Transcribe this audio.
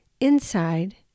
inside